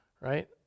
right